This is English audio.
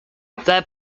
their